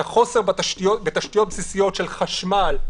את החוסר בתשתיות בסיסיות של חשמל,